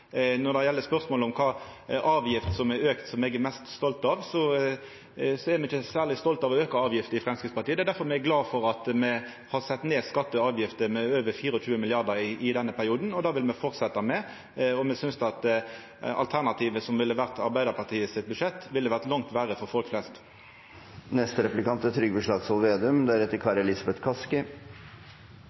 når me har skjerma dei som har minst. Når det gjeld spørsmålet om kva avgift som er auka som eg er mest stolt av, er me i Framstegspartiet ikkje særleg stolte av å auka avgifter. Det er difor me er glade for at me har sett ned skattar og avgifter med over 24 mrd. kr i denne perioden, og det vil me fortsetja med. Me synest at alternativet, som ville ha vore Arbeidarpartiets budsjett, ville ha vore langt verre for folk flest.